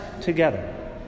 together